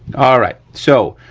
all right, so,